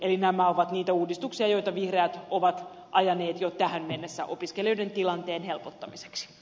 eli nämä ovat niitä uudistuksia joita vihreät ovat ajaneet jo tähän mennessä opiskelijoiden tilanteen helpottamiseksi